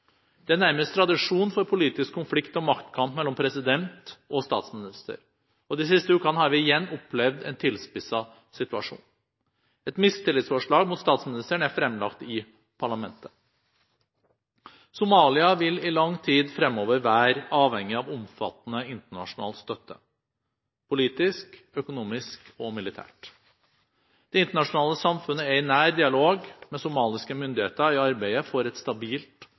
Det er nærmest tradisjon for politisk konflikt og maktkamp mellom president og statsminister. De siste ukene har vi igjen opplevd en tilspisset situasjon. Et mistillitsforslag mot statsministeren er fremlagt i parlamentet. Somalia vil i lang tid fremover være avhengig av omfattende internasjonal støtte – politisk, økonomisk og militært. Det internasjonale samfunnet er i nær dialog med somaliske myndigheter i arbeidet for et stabilt